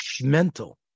mental